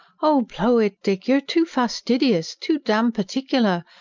oh, blow it, dick, you're too fastidious too damned particular!